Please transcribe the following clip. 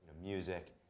music